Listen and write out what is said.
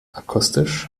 akustisch